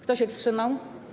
Kto się wstrzymał?